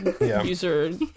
user